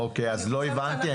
אז לא הבנתי.